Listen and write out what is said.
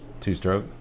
Two-stroke